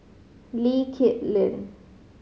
Lee Kip Lin